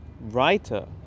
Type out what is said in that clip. writer